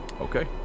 Okay